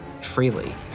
freely